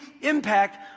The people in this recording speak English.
impact